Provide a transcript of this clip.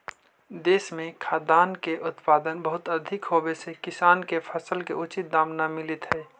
देश में खाद्यान्न के उत्पादन बहुत अधिक होवे से किसान के फसल के उचित दाम न मिलित हइ